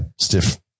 stiff